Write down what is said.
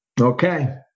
okay